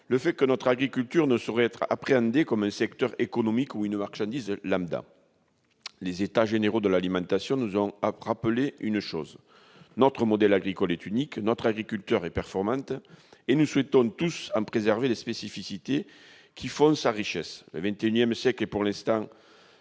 le fait que l'agriculture ne saurait être appréhendée comme un secteur économique ou une marchandise. Les États généraux de l'alimentation nous ont rappelé une chose essentielle : notre modèle agricole est unique, notre agriculture est performante et nous souhaitons tous en préserver les spécificités qui en font la richesse. Pour l'instant,